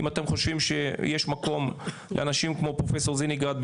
אם אתם חושבים שיש מקום לאנשים כמו פרופסור זיניגרד,